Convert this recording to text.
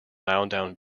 loudoun